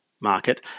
market